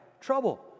trouble